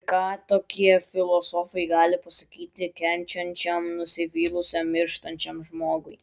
ir ką tokie filosofai gali pasakyti kenčiančiam nusivylusiam mirštančiam žmogui